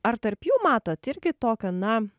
ar tarp jų matot irgi tokio na